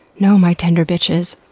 no my tender bitches,